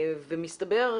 מסתבר,